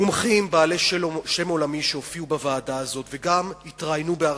מומחים בעלי שם עולמי שהופיעו בוועדה הזאת וגם התראיינו בהרחבה,